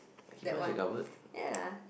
that one ya